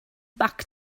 back